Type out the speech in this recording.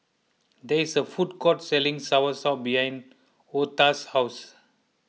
there is a food court selling Soursop behind Otha's house